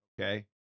Okay